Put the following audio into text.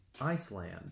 Iceland